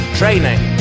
training